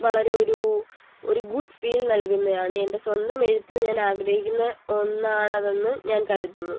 വളരെ ഒരു ഒരു ഗുഡ് ഫീൽ നൽകുന്നതാണ് എൻ്റെ സ്വന്തം എഴുത്തിൽ ഞാൻ ആഗ്രഹിക്കുന്ന ഒന്നാണതെന്ന് ഞാൻ കഴുതുന്നു